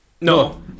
No